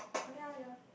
ya ya